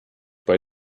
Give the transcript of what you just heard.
bei